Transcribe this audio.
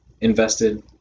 invested